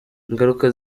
ingaruka